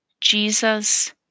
Jesus